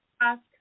ask